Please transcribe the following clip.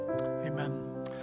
Amen